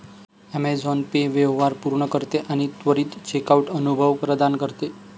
Amazon Pay व्यवहार पूर्ण करते आणि त्वरित चेकआउट अनुभव प्रदान करते